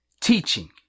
teaching